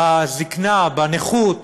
זיקנה, נכות,